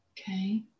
Okay